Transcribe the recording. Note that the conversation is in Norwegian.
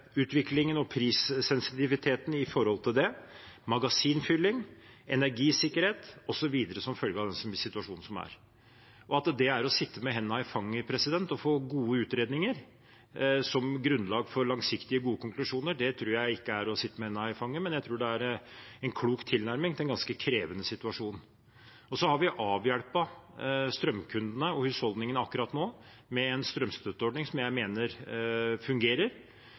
og prissensitiviteten i forhold til det, magasinfyllingen, energisikkerheten osv. som følge av den situasjonen som er. At det er å sitte med hendene i fanget å få gode utredninger som grunnlag for langsiktige, gode konklusjoner, tror jeg ikke er å sitte med hendene i fanget. Jeg tror det er en klok tilnærming til en ganske krevende situasjon. Vi har avhjulpet strømkundene og husholdningene akkurat nå med en strømstøtteordning som jeg mener fungerer.